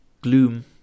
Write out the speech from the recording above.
Gloom